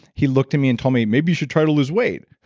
he looked at me and told me maybe you should try to lose weight.